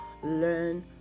Learn